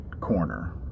corner